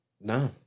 no